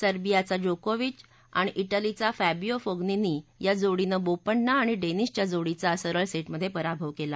सर्वियाचा Djokovic आणि ठेलीचा Fabio Fognini या जोडीनं बोपण्णा आणि डर्मिसच्या जोडीचा सरळ सप्तिध्यठराभव कला